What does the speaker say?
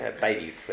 baby